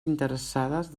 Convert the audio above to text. interessades